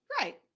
right